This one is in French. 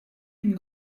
une